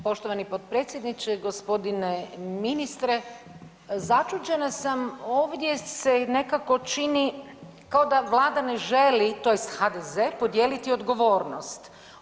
Poštovani potpredsjedniče, gospodine ministre, začuđena sam ovdje se nekako čini kao da Vlada ne želi tj. HDZ podijeliti odgovornost.